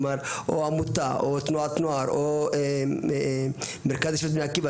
כלומר או עמותה או תנועת נוער או מרכז בני עקיבא,